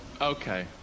Okay